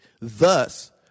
thus